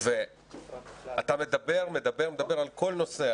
אתה מדבר על כל נושא,